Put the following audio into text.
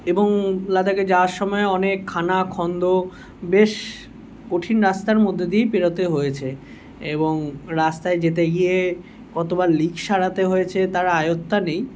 এবং লাদাখে যাওয়ার সময়ও অনেক খানা খন্দ বেশ কঠিন রাস্তার মধ্যে দিয়েই পেরোতে হয়েছে এবং রাস্তায় যেতে গিয়ে কতবার লিক সারাতে হয়েছে তার ইয়ত্তা নেই